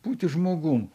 būti žmogum